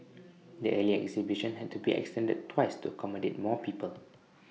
the earlier exhibition had to be extended twice to accommodate more people